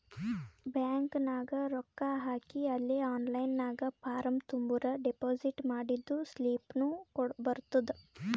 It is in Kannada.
ಬ್ಯಾಂಕ್ ನಾಗ್ ರೊಕ್ಕಾ ಹಾಕಿ ಅಲೇ ಆನ್ಲೈನ್ ನಾಗ್ ಫಾರ್ಮ್ ತುಂಬುರ್ ಡೆಪೋಸಿಟ್ ಮಾಡಿದ್ದು ಸ್ಲಿಪ್ನೂ ಬರ್ತುದ್